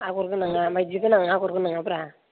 आगर गोनाङा माइदि गोनां आगर गोनांआब्रा